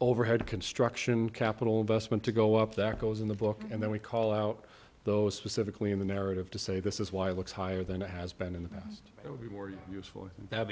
overhead construction capital investment to go up that goes in the book and then we call out those specifically in the narrative to say this is why it looks higher than it has been in the past it would be more useful ha